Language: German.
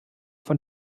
von